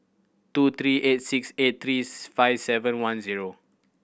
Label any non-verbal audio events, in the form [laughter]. two three eight six eight three [unintelligible] five seven one zero